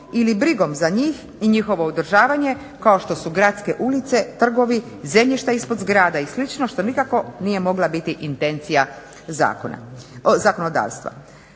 ili brigom za njih i njihovo održavanje kao što su gradske ulice, trgovi, zemljišta ispod zgrada i slično što nikako nije mogla biti intencija zakonodavstva,